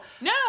No